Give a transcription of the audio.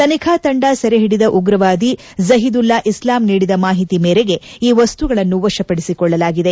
ತನಿಖಾ ತಂಡ ಸೆರೆ ಹಿಡಿದ ಉಗ್ರವಾದಿ ಜಹೀದುಲ್ಲಾ ಇಸ್ಲಾಂ ನೀಡಿದ ಮಾಹಿತಿ ಮೇರೆಗೆ ಈ ವಸ್ತುಗಳನ್ನು ವಶಪಡಿಸಿಕೊಳ್ಳಲಾಗಿದೆ